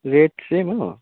rate same हो